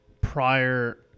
prior